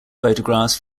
photographs